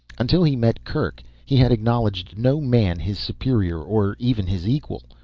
until he met kerk he had acknowledged no man his superior, or even his equal.